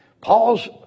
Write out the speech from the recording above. Paul's